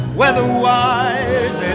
weather-wise